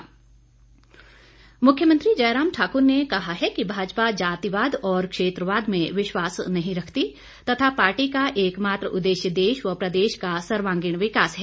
मुख्यमंत्री मुख्यमंत्री जयराम ठाकुर ने कहा है कि भाजपा जातिवाद और क्षेत्रवाद में विश्वास नहीं रखती तथा पार्टी का एकमात्र उद्देश्य देश व प्रदेश का सर्वागीण विकास है